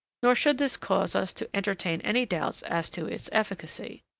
nor should this cause us to entertain any doubts as to its efficacy.